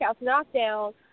Knockdown